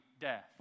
death